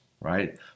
right